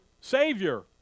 Savior